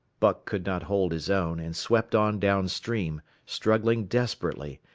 buck could not hold his own, and swept on down-stream, struggling desperately,